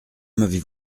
m’avez